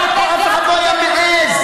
אף אחד לא היה מעז.